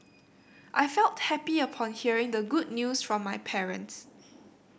I felt happy upon hearing the good news from my parents